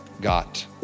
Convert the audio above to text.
got